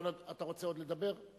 אתה רוצה עוד לדבר?